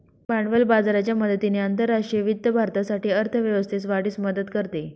भांडवल बाजाराच्या मदतीने आंतरराष्ट्रीय वित्त भारतासाठी अर्थ व्यवस्थेस वाढीस मदत करते